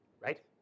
right